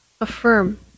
affirm